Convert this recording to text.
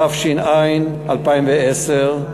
התש"ע 2010,